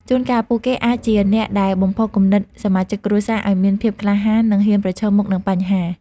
ជួនកាលពួកគេអាចជាអ្នកដែលបំផុសគំនិតសមាជិកគ្រួសារឲ្យមានភាពក្លាហាន និងហ៊ានប្រឈមមុខនឹងបញ្ហា។